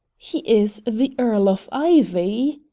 he is the earl of ivy!